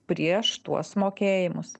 prieš tuos mokėjimus